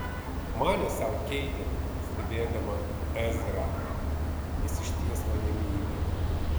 manė sau keitė stebėdama ezrą jis išties mane myli